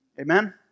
Amen